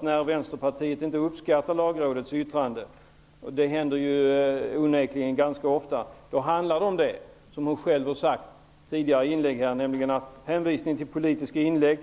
När Vänsterpartiet inte uppskattar Lagrådets yttrande -- och det händer onekligen ganska ofta -- använder man sådana uttryck som hon själv använde i sitt tidigare inlägg, nämligen politiska inlägg,